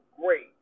great